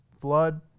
flood